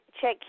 check